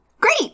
Great